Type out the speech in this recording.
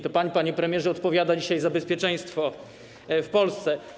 To pan, panie premierze, odpowiada dzisiaj za bezpieczeństwo w Polsce.